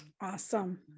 Awesome